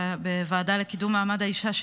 בוועדה לקידום מעמד האישה,